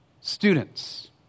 students